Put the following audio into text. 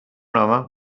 home